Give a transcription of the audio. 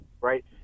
right